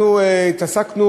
אנחנו התעסקנו